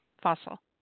fossil